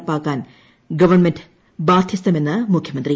നടപ്പാക്കാൻ ഗവൺമെന്റ് ബാധ്യസ്ഥമെന്ന് മുഖൃമന്ത്രി